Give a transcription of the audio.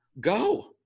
go